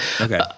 Okay